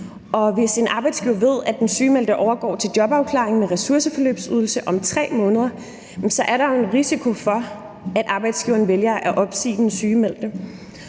Hvis en arbejdsgiver ved, at den sygemeldte overgår til jobafklaring med ressourceforløbsydelse om 3 måneder, så er der jo en risiko for, at arbejdsgiveren vælger at opsige den sygemeldte.